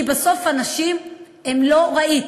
כי בסוף אנשים הם לא רהיט,